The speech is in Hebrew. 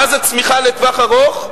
מה זה צמיחה לטווח ארוך?